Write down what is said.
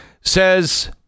says